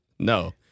No